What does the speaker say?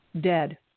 dead